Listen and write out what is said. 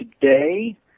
today